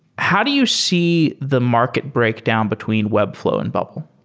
how do you see the market break down between webflow and bubble?